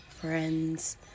friends